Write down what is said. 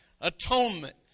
Atonement